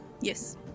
Yes